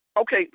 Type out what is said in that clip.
Okay